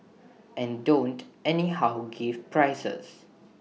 and don't anyhow give prizes